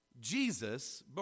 Jesus